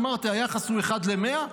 אמרתי: היחס הוא אחד ל-100,